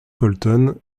polten